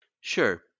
Sure